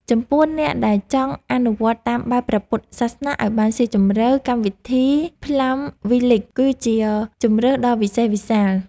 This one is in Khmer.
ចំពោះអ្នកដែលចង់អនុវត្តតាមបែបព្រះពុទ្ធសាសនាឱ្យបានស៊ីជម្រៅកម្មវិធី ផ្លាំ វីលេច (Plum Village) គឺជាជម្រើសដ៏វិសេសវិសាល។